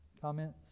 Comments